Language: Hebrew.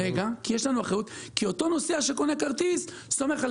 זה מה שרציתי לשאול.